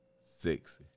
sexy